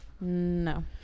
No